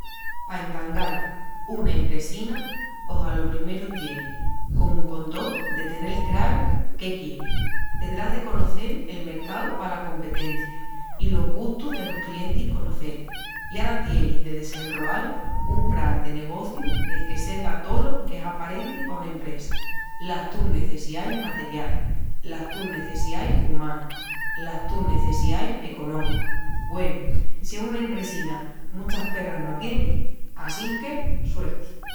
Pa entangal una impresina, pos alo primeru tienis, comu con tó, de tenel craru qué quieris. Tendrás de conocel el mercau pala competencia i los gustus delos clientis conocel. I ara tienis de desenroal un pran de negociu nel que selga tolo qu'es aparenti pa una impresa, las tus necessiais materialis, las tus necessiais umanas, las tus necessiais económicas. Güenu, si es una impresina muchas perras no tienis... assinque suerti!